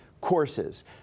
courses